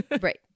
Right